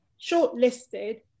shortlisted